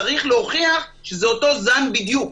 צריך להוכיח שזה אותו זן בדיוק.